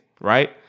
right